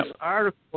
article